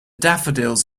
daffodils